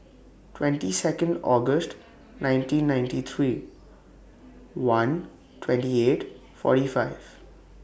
twenty Second August nineteen ninety three one twenty eight forty five